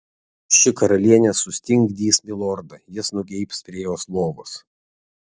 ši karalienė sustingdys milordą jis nugeibs prie jos lovos